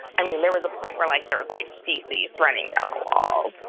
i mean, there was a point where like there was like feces running down the wall